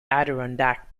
adirondack